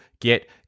get